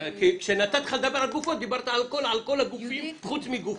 כשנתתי לך לדבר לגופו דיברת על כל הגופים חוץ מגופו.